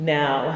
now